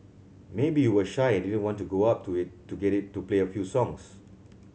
maybe you were shy and didn't want to go up to it to get it to play a few songs